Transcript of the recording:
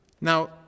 now